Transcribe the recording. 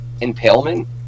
impalement